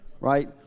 right